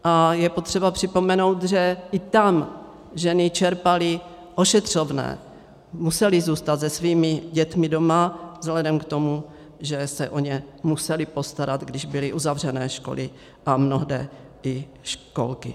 A je potřeba připomenout, že i tam ženy čerpaly ošetřovné, musely zůstat se svými dětmi doma vzhledem k tomu, že se o ně musely postarat, když byly uzavřené školy a mnohde i školky.